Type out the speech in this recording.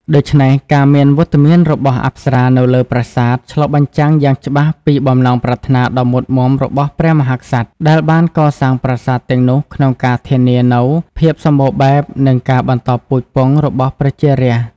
ដូច្នេះ ការមានវត្តមានរបស់អប្សរានៅលើប្រាសាទ ឆ្លុះបញ្ចាំងយ៉ាងច្បាស់ពី បំណងប្រាថ្នាដ៏មុតមាំរបស់ព្រះមហាក្សត្រ ដែលបានកសាងប្រាសាទទាំងនោះ ក្នុងការធានានូវ ភាពសម្បូរបែប និងការបន្តពូជពង្សរបស់ប្រជារាស្ត្រ។